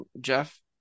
Jeff